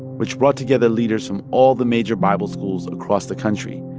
which brought together leaders from all the major bible schools across the country.